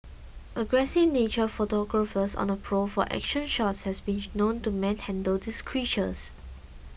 aggressive nature photographers on the prowl for action shots have been known to manhandle these creatures